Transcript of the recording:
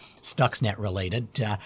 Stuxnet-related